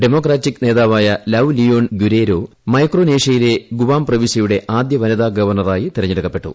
democratic നേതാവായ Lou Leon Guerrero മൈക്രോനേഷ്യയിലെ Guam പ്രവിശ്യയുടെ ആദ്യ വനിതാ ഗവർണറായി തെരഞ്ഞെടുക്കപ്പെട്ടു